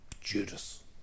Judas